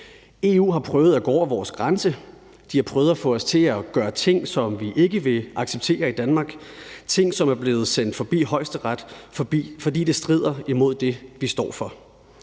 EU har prøvet at gå over vores grænse. De har prøvet at få os til at gøre ting, som vi ikke vil acceptere i Danmark, ting, som er blevet sendt forbi Højesteret, fordi det strider imod det, vi står for.